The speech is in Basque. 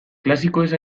klasikoez